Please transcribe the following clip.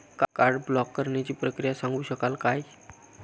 Card block करण्याची प्रक्रिया सांगू शकाल काय?